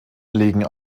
legen